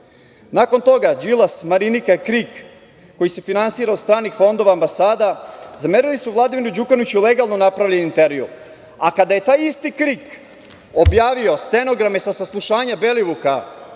Nakon toga, Đilas, Marinika, KRIK, koji se finansira iz stranih fondova, ambasada, zamerili su Vladimiru Đukanoviću legalno napravljen intervju, a kada je taj isti KRIK objavio stenograme sa saslušanja Belivuka,